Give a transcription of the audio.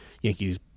Yankees